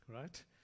right